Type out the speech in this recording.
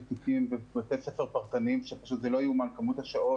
תיקים ובתי ספר פרטניים שזה פשוט לא יאומן כמות השעות,